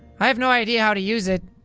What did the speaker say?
i have no idea how to use it.